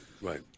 Right